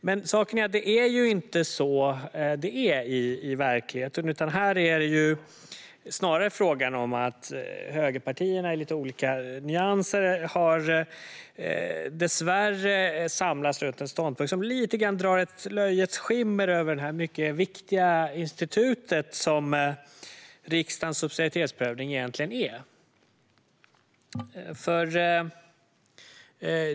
Men så är det ju inte i verkligheten, utan det är snarare fråga om att högerpartierna i lite olika nyanser dessvärre har samlats runt en ståndpunkt som lite grann drar ett löjets skimmer över det mycket viktiga institut som riksdagens subsidiaritetsprövning är.